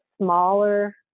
smaller